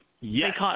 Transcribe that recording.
Yes